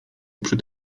przed